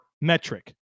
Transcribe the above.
metric